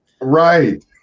Right